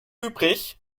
übrig